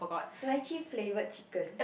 lychee flavoured chicken